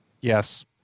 Yes